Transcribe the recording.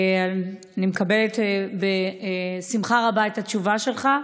אני מקבלת בשמחה רבה את התשובה שלך.